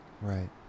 right